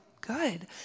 Good